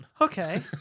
Okay